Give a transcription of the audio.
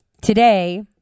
today